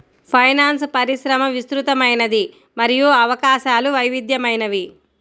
finance పరిశ్రమ విస్తృతమైనది మరియు అవకాశాలు వైవిధ్యమైనవి